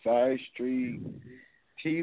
SideStreetTV